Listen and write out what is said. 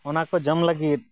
ᱚᱱᱟᱠᱚ ᱡᱚᱢ ᱞᱟᱹᱜᱤᱫ